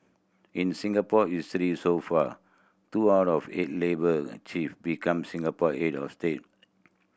in Singapore history so far two out of eight labour chief become Singapore head of state